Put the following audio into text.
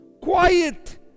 Quiet